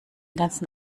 ganzen